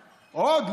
עוד,